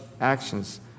actions